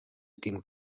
ging